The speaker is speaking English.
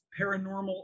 paranormal